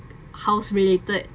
house related